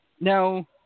Now